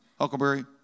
Huckleberry